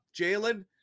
Jalen